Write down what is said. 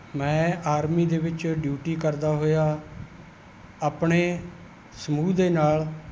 ਮੈਂ ਆਰਮੀ ਦੇ ਵਿੱਚ ਡਿਊਟੀ ਕਰਦਾ ਹੋਇਆ ਆਪਣੇ ਸਮੂਹ ਦੇ ਨਾਲ